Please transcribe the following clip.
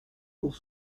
pour